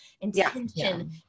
intention